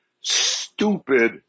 stupid